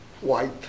white